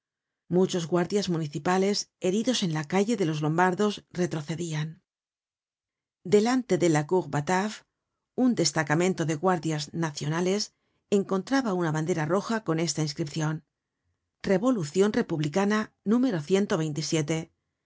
muchos guardias municipales heridos en la calle de los lombardos retrocedian delante de la cour batave un destacamento de guardias nacionales encontraba una bandera roja con esta inscripcion revolucion republi cana número